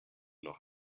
noch